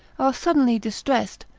are suddenly distressed,